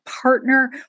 partner